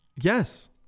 Yes